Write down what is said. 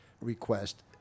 request